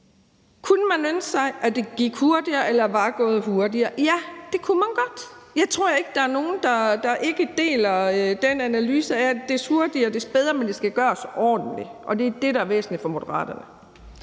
Kunne man ønske sig, at det gik hurtigere eller var gået hurtigere? Ja, det kunne man godt. Jeg tror ikke, der er nogen, der ikke deler den analyse af, at jo hurtigere det går, des bedre. Men det skal gøres ordentligt, og det er det, der er væsentligt for Moderaterne.